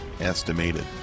estimated